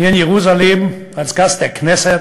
ואני מודה לכם על שהותר לי לדבר אליכם בשפת אמי.